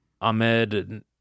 Ahmed